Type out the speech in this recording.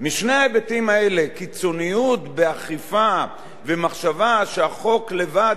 קיצוניות באכיפה ומחשבה שהחוק לבד יכול לסדר את הדברים,